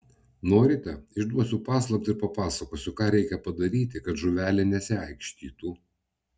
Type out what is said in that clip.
norite išduosiu paslaptį ir papasakosiu ką reikia padaryti kad žuvelė nesiaikštytų